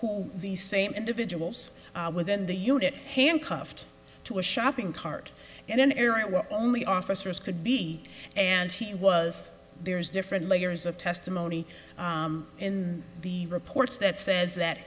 who these same individuals within the unit handcuffed to a shopping cart in an area where only officers could be and he was there's different layers of testimony in the reports that says that